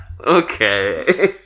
Okay